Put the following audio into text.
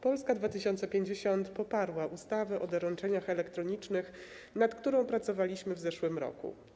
Polska 2050 poparła ustawę o doręczeniach elektronicznych, nad którą pracowaliśmy w zeszłym roku.